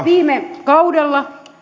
viime kaudella